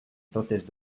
totes